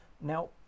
Now